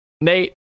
Nate